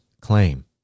claim